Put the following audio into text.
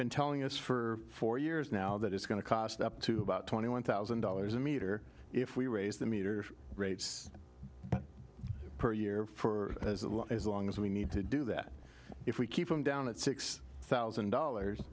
been telling us for four years now that it's going to cost up to about twenty one thousand dollars a meter if we raise the meter rates per year for as little as long as we need to do that if we keep them down at six thousand dollars